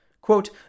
Quote